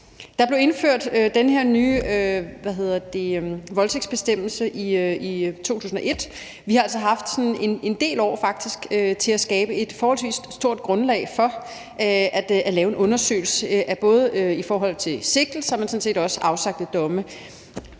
Der blev indført den her nye voldtægtsbestemmelse i 2001. Vi har altså faktisk haft en del år til at skabe et forholdsvis stort grundlag for at lave en undersøgelse, både i forhold til sigtelser, men sådan set også afsagte domme.